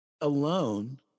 alone